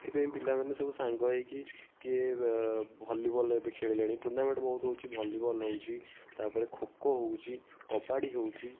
ସେଥିପାଇଁ ପିଲାମାନେ ସବୁ ସାଙ୍ଗ ହୋଇକି କିଏ ଭଲିବଲ୍ ଏବେ ଖେଳିଲେଣି ଟୁର୍ଣ୍ଣାମେଣ୍ଟ୍ ବହୁତ ହେଉଛି ଭଲିବଲ୍ ହେଉଛି ତା'ପରେ ଖୋ ଖୋ ହେଉଛି କବାଡ଼ି ହେଉଛି